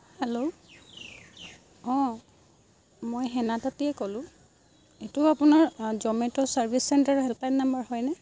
hello অঁ মই হেনা তাঁতীয়ে ক'লো এইটো আপোনাৰ Zomato service centre helpline number হয়নে